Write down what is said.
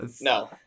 No